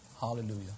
hallelujah